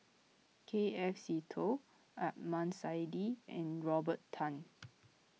K F Seetoh Adnan Saidi and Robert Tan